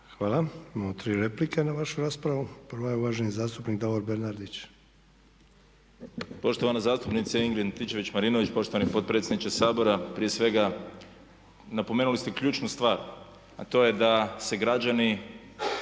Hvala. Imamo tri replike na vašu raspravu. Prva je uvaženi zastupnik Davor Bernardić. **Bernardić, Davor (SDP)** Poštovana zastupnice Ingrid Antičević Marinović, poštovani potpredsjedniče Sabora prije svega napomenuli ste ključnu stvar a to je da se građani